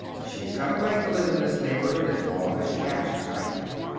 she's got a right to live in this neighborhood as long as she acts respectable.